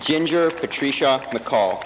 ginger patricia mccall